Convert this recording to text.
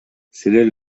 силер